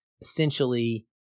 essentially